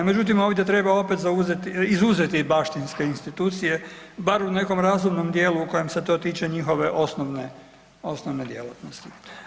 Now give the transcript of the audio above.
Međutim, ovdje treba opet izuzeti baštinske institucije bar u nekom razumnom dijelu u kojem se to tiče njihove osnovne djelatnosti.